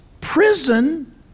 prison